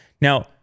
Now